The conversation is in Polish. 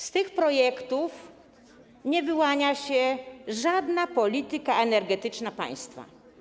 Z tych projektów nie wyłania się żadna polityka energetyczna państwa.